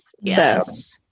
Yes